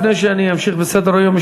לפני שאני אמשיך בסדר-היום,